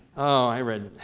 oh, i read